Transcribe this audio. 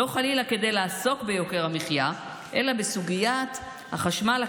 לא חלילה כדי לעסוק ביוקר המחיה אלא בסוגיית החשמל הכשר,